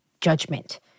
judgment